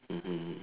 mmhmm